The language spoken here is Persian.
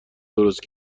درست